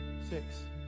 six